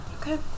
Okay